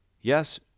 Yes